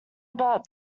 about